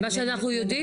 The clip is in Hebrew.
מה שאנחנו יודעים.